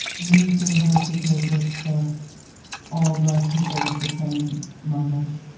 do you feel hurt because it's the all black people look the same moment,